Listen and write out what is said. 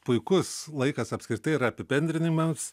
puikus laikas apskritai ir apibendrinimams